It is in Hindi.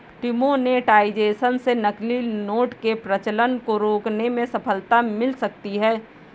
डिमोनेटाइजेशन से नकली नोट के प्रचलन को रोकने में सफलता मिल सकती है